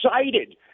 excited